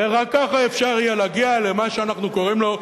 ורק ככה אפשר יהיה להגיע למה שאנחנו קוראים לו: